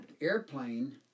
airplane